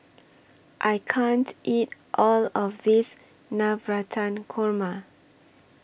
I can't eat All of This Navratan Korma